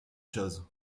chose